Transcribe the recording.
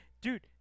dude